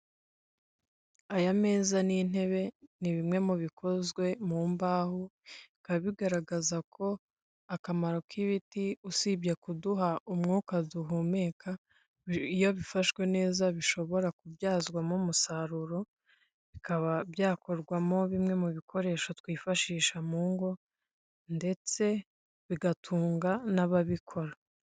Aya meza n'intebe ni bimwe mu bikozwe mu mbaho, bikaba bigaragaza ko akamaro k'ibiti usibye kuduha umwuka duhumeka, iyo bifashwe neza bishobora kubyazwamo umusaruro bikaba byakorwamo bimwe mu bikoresho twifashisha mu ngo ndetse bigatunga n'ababikora.